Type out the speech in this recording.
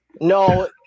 No